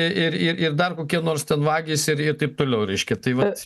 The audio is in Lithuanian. i ir ir ir dar kokie nors ten vagys ir ir taip toliau reiškia tai vat